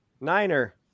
niner